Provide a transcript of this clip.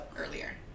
earlier